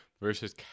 versus